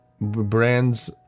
Brands